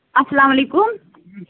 اَسلامُ علیکُم